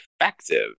effective